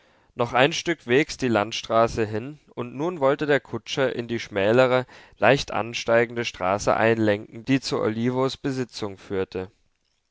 noch ein stück wegs die landstraße hin und nun wollte der kutscher in die schmälere leicht ansteigende straße einlenken die zu olivos besitzung führte